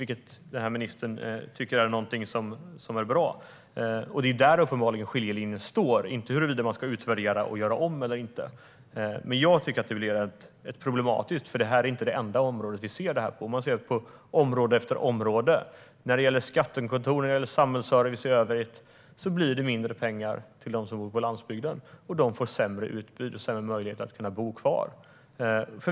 Ministern tycker att det är någonting som är bra, och det är uppenbarligen där som skiljelinjen går, inte huruvida man ska utvärdera och göra om eller inte. Men jag tycker att det blir problematiskt, för det här är inte det enda område som man ser detta på. Man kan se det på område efter område. När det gäller skattekontor och samhällsservice i övrigt blir det mindre pengar till dem som bor på landsbygden. De får ett sämre utbud och sämre möjligheter att bo kvar.